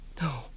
No